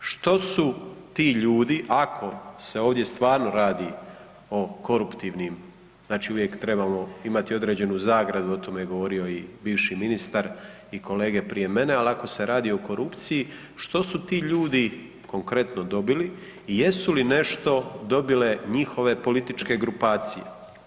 Što su ti ljudi ako se ovdje stvarno radi o koruptivnim, znači uvijek trebamo imati određenu zagradu, o tome je govorio i bivši ministar i kolege prije mene, al ako se radi o korupciji, što su ti ljudi konkretno dobili i jesu li nešto dobile njihove političke grupacije?